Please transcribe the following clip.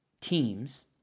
teams